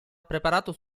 preparato